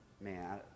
man